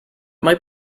might